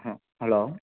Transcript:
hello